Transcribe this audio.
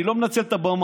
אני לא מנצל את הבמה,